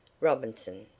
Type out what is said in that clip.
Robinson